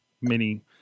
mini